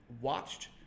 watched